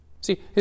See